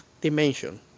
dimension